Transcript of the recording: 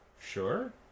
Sure